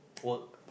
work